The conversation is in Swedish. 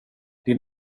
din